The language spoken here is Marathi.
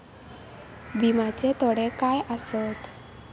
विमाचे तोटे काय आसत?